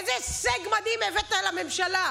איזה הישג מדהים הבאת לממשלה?